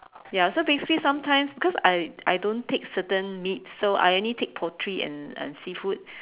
ya so basically sometimes because I I don't take certain meats so I only take poultry and and seafood